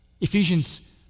Ephesians